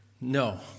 no